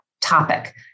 topic